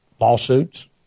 lawsuits